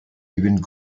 gewinnen